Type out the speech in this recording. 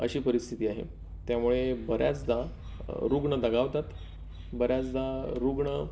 अशी परिस्थिती आहे त्यामुळे बऱ्याचदा रुग्ण दगावतात बऱ्याचदा रुग्ण